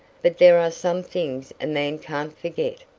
but there are some things a man can't forget,